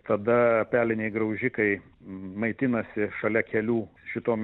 tada peliniai graužikai maitinasi šalia kelių šitom